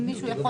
אם מישהו יכול